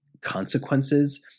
consequences